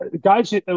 guys